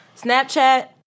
Snapchat